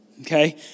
Okay